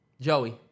Joey